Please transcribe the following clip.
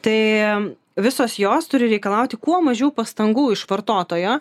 tai visos jos turi reikalauti kuo mažiau pastangų iš vartotojo